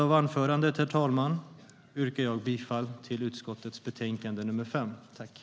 Mot bakgrund av det anförda yrkar jag på godkännande av utskottets anmälan i betänkande nr 5.